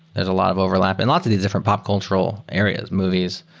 there's a lot of overlap. and lots of the the different pop cultural areas, movies,